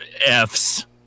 f's